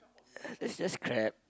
that's just crap